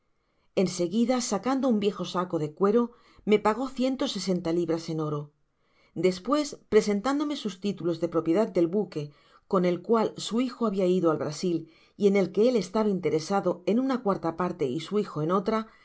seguida sacando un viejo saco de cuero me pagó ciento sesenta libras en oro despues presentándome sus titulos de propiedad del buque con el cual su hijo habia ido al brasil y en el que él estaba interesado en una cuarta parte y su hijo en otra